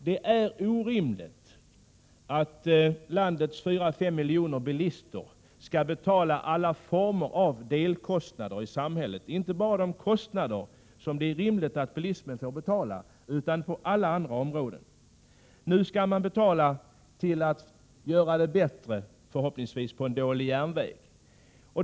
Det är orimligt att landets 4 eller 5 miljoner bilister skall betala alla former av delkostnader i samhället. Det gäller inte bara de kostnader som det är skäligt att bilismen får betala, utan det gäller kostnaderna på en mängd andra områden. Nu skall bilisterna betala för att det, förhoppningsvis, skall bli förbättringar av en dålig järnväg.